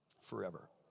Forever